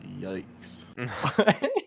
Yikes